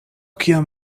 kiam